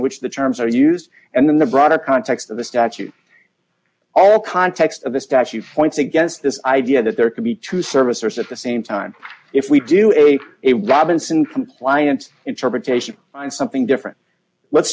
which the terms are used and in the broader context of the statute all context of the statue fights against this idea that there could be true service or set the same time if we do a a robinson compliance interpretation and something different let's